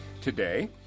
today